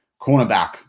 cornerback